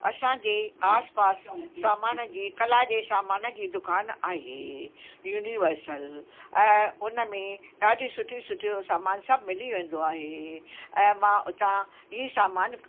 असांजे आसिपासि सामान जी कला जे सामान जी दुकान आहे यूनिवर्सल ऐं हुन में ॾाढियूं सुठियूं सुठियूं सामान सभु मिली वेंदो आहे ऐं मां हुता ई सामान